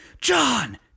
John